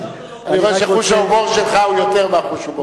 כיוון שחוש ההומור שלך הוא יותר מחוש ההומור שלי.